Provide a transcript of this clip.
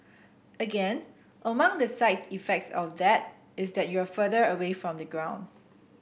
again among the side effects of that is that you're further away from the ground